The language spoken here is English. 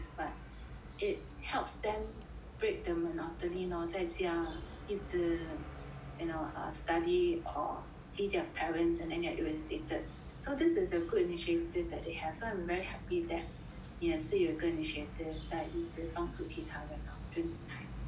it helps them break the monotony lor 在家一直 you know err study or see their parents and then they're irritated so this is a good initiative that they have so I'm very happy that 你也是有一个 initiative 在一直帮助其他人 during this time